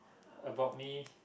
about me